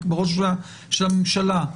ובראש ובראשונה של הממשלה,